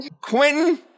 Quentin